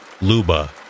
Luba